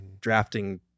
Drafting